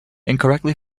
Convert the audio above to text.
incorrectly